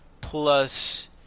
plus